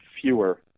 fewer